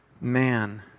man